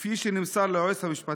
כפי שנמסר ליועמ"ש,